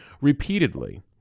repeatedly